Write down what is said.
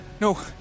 no